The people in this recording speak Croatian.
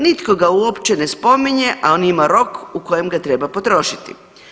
Nitko ga uopće ne spominje, a on ima rok u kojem ga treba potrošiti.